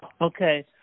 okay